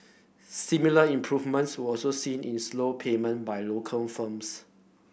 similar improvements were also seen in slow payment by local firms